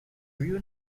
you